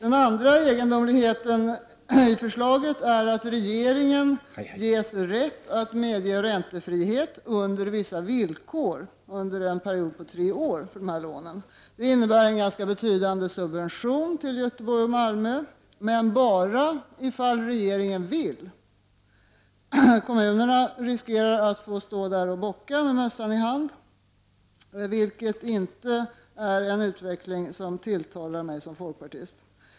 En annan egendomlighet i förslaget är att regeringen ges rätt att medge räntefrihet under vissa villkor under en period på tre år, vilket innebär en ganska betydande subvention till Göteborg och Malmö. Men detta gäller bara om regeringen vill. Kommunerna riskerar att få stå där och bocka med mössan i hand, vilket inte är en utveckling som tilltalar mig som folkpartist.